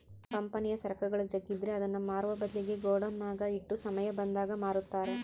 ಕಂಪನಿಯ ಸರಕುಗಳು ಜಗ್ಗಿದ್ರೆ ಅದನ್ನ ಮಾರುವ ಬದ್ಲಿಗೆ ಗೋಡೌನ್ನಗ ಇಟ್ಟು ಸಮಯ ಬಂದಾಗ ಮಾರುತ್ತಾರೆ